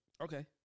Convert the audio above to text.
Okay